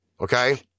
Okay